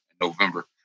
November